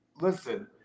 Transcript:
listen